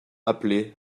appelée